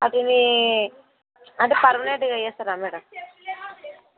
అది మీ అంటే పర్మనెంట్గా చేస్తారా మ్యాడమ్